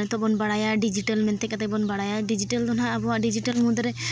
ᱡᱚᱛᱚ ᱵᱚᱱ ᱵᱟᱲᱟᱭᱟ ᱰᱤᱡᱤᱴᱟᱞ ᱢᱮᱱᱛᱮ ᱠᱟᱛᱮᱫ ᱜᱮᱵᱚᱱ ᱵᱟᱲᱟᱭᱟ ᱰᱤᱡᱤᱴᱟᱞ ᱫᱚᱦᱟᱸᱜ ᱟᱵᱚᱣᱟᱜ ᱰᱤᱡᱤᱴᱟᱞ ᱢᱩᱫᱽᱨᱮ